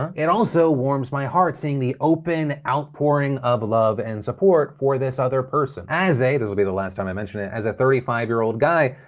it also warms my heart seeing the open outpouring of love and support for this other person. as a, this will be the last time i mention it, as a thirty five year old guy,